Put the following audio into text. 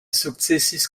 sukcesis